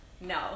No